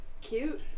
Cute